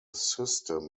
system